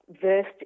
versed